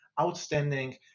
outstanding